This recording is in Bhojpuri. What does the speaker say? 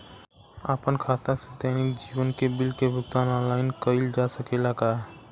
आपन खाता से दैनिक जीवन के बिल के भुगतान आनलाइन कइल जा सकेला का?